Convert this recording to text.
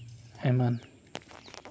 ᱮᱢᱟᱱ